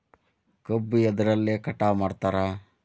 ಕಬ್ಬು ಎದ್ರಲೆ ಕಟಾವು ಮಾಡ್ತಾರ್?